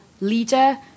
leader